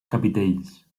capitells